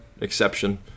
exception